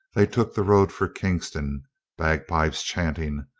they took the road for kingston bagpuize chanting,